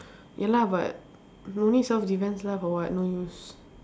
ya lah but no need self-defence lah for what no use